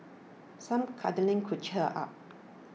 some cuddling could cheer her up